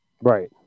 Right